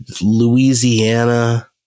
Louisiana